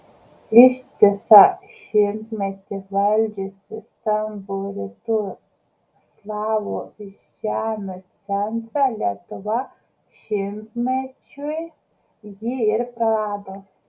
ištisą šimtmetį valdžiusi stambų rytų slavų žemių centrą lietuva šimtmečiui jį ir prarado